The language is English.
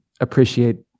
appreciate